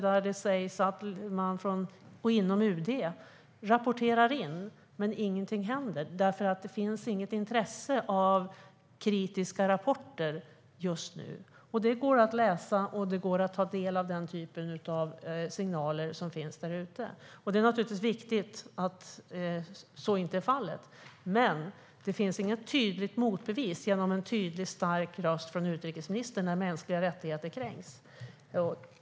Där och inom UD sägs det att det rapporteras in men att ingenting händer därför att det inte finns något intresse för kritiska rapporter just nu. Det går att läsa om och på andra sätt ta del av den typen av signaler som finns där ute. Det är naturligtvis viktigt att så inte är fallet. Men det finns inga tydliga motbevis genom en tydlig och stark röst från utrikesministern när mänskliga rättigheter kränks.